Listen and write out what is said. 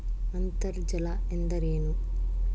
ಅಂತರ್ಜಲ ಎಂದರೇನು?